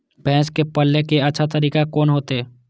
भैंस के पाले के अच्छा तरीका कोन होते?